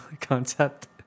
concept